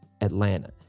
Atlanta